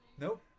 Nope